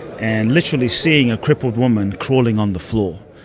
and literally seeing a crippled woman crawling on the floor.